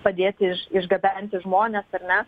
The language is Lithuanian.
padėti iš išgabenti žmones ar ne